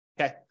okay